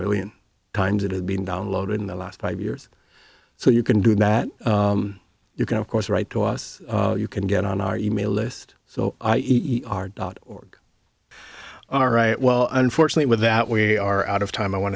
million times it had been downloaded in the last five years so you can do that you can of course write to us you can get on our email list so i eat our dot org all right well unfortunately with that we are out of time i want